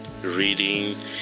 reading